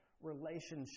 relationship